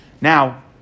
Now